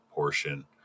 portion